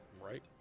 right